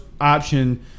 option